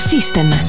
System